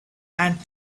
and